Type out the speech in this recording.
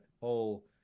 whole